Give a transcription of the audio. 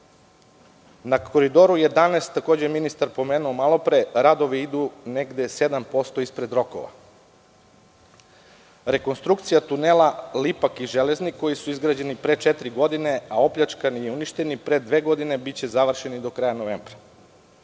Na Koridoru 11, takođe je ministar pomenuo malopre, radovi idu negde 7% ispred rokova. Rekonstrukcija tunela Lipak i Železnik, koji su izgrađeni pre četiri godine, a opljačkani i uništeni pre dve godine, biće završena do kraja novembra.